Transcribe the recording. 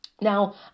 Now